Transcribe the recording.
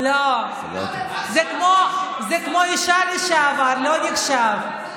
זה כמו אישה לשעבר, לא נחשב.